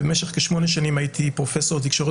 במשך שמונה שנים הייתי פרופסור לתקשורת